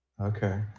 Okay